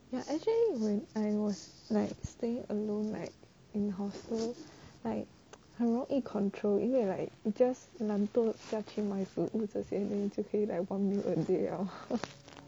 ya actually when I was like staying alone like in hostel like 很容易 control 因为 like you just 懒惰下去买食物这些 then 就可以 like one meal a day liao